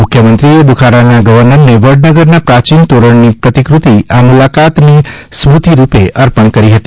મુખ્યમંત્રીશ્રીએ બુખારાના ગર્વનર ને વડનગરના પ્રાચીન તોરણની પ્રતિકૃતિ આ મૂલાકાતની સ્મૃતિ રૂપે અર્પણ કરી હતી